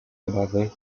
obawy